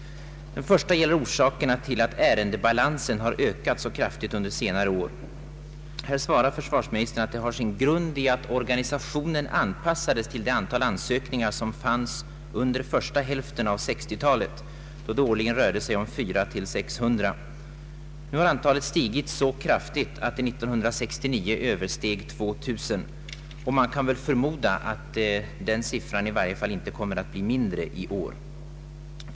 Den första gäller orsakerna till att ärendebalansen har ökat så kraftigt under senare år. Här svarar försvarsministern att det har sin grund i att organisationen anpassades till det antal ansökningar som fanns under första hälften av 1960-talet, då det årligen rörde sig om 400—600. Nu har antalet stigit så kraftigt, att det 1969 översteg 2000. Man kan väl förmoda att den siffran i varje fall inte kommer att bli lägre i år.